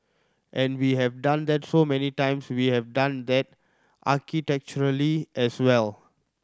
and we have done that so many times we have done that architecturally as well